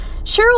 Cheryl